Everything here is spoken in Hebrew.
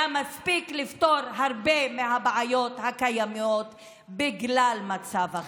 מספיק לפתור הרבה מהבעיות הקיימות בגלל מצב החירום.